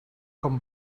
com